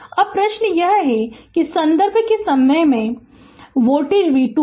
अब प्रश्न यह है कि संदर्भ के संबंध में यह वोल्टेज v 2 है